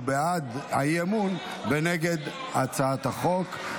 הוא נגד הצעת החוק ובעד האי-אמון.